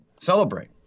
Celebrate